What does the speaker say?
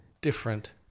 different